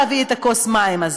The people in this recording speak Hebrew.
להביא את כוס המים הזאת,